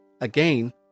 Again